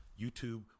YouTube